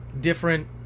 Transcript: different